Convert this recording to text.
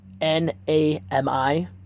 N-A-M-I